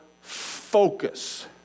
focus